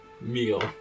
meal